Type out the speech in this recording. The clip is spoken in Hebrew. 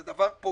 זה דבר פוגעני,